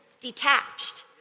detached